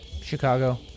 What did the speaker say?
Chicago